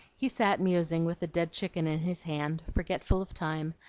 he sat musing with the dead chicken in his hand, forgetful of time,